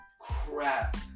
crap